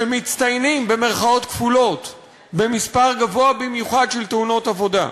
ש"מצטיינים" במספר גבוה במיוחד של תאונות עבודה.